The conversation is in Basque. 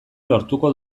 lortuko